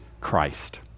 Christ